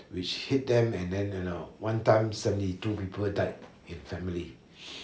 which hit them and then you know one time seventy two people died in family